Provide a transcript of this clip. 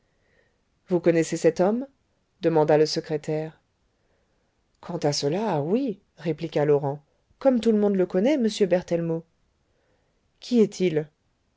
vous connaissez cet homme demanda le secrétaire quant à cela oui répliqua laurent comme tout le monde le connaît monsieur berthellemot qui est-il